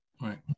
Right